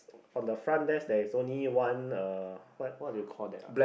on the front desk there is only one uh what what do you call that ah